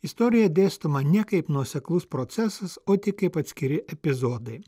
istorija dėstoma ne kaip nuoseklus procesas o tik kaip atskiri epizodai